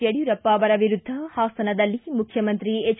ಯಡಿಯೂರಪ್ಪ ಅವರ ವಿರುದ್ಧ ಹಾಸನದಲ್ಲಿ ಮುಖ್ಯಮಂತ್ರಿ ಎಚ್